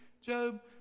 Job